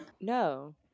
No